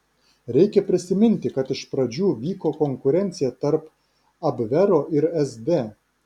reikia prisiminti kad iš pradžių vyko konkurencija tarp abvero ir sd